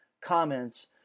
comments